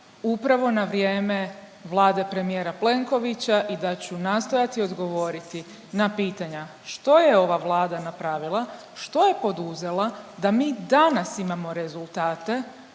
upravo na vrijeme Vlade premijera Plenkovića i da ću nastojati odgovoriti na pitanja što je ova Vlada napravila, što je poduzela da mi danas imamo rezultate,